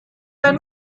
ein